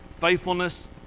faithfulness